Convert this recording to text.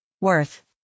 worth